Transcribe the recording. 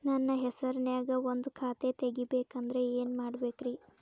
ನನ್ನ ಹೆಸರನ್ಯಾಗ ಒಂದು ಖಾತೆ ತೆಗಿಬೇಕ ಅಂದ್ರ ಏನ್ ಮಾಡಬೇಕ್ರಿ?